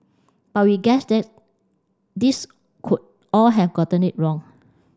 but we guess that these could all have gotten it wrong